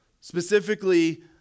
Specifically